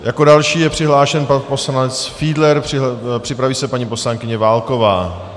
Jako další je přihlášen pan poslanec Fiedler, připraví se paní poslankyně Válková.